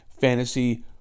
fantasy